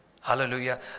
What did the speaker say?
Hallelujah